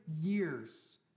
years